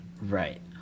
Right